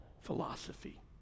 philosophy